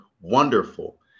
wonderful